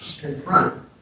confront